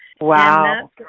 Wow